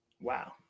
Wow